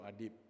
Adib